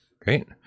Great